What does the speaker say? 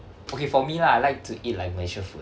okay for me lah I like to eat like malaysia food